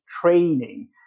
training